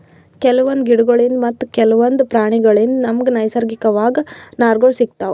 ಕೆಲವೊಂದ್ ಗಿಡಗೋಳ್ಳಿನ್ದ್ ಮತ್ತ್ ಕೆಲವೊಂದ್ ಪ್ರಾಣಿಗೋಳ್ಳಿನ್ದ್ ನಮ್ಗ್ ನೈಸರ್ಗಿಕವಾಗ್ ನಾರ್ಗಳ್ ಸಿಗತಾವ್